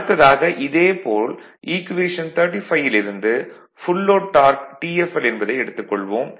அடுத்ததாக இதே போல் ஈக்குவேஷன் 35ல் இருந்து ஃபுல் லோட் டார்க் Tfl என்பதை எடுத்துக் கொள்வோம்